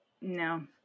no